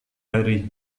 hari